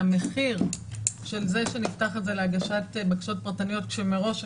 שהמחיר של זה שנפתח את זה להגשת בקשות פרטניות כשמראש,